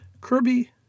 Kirby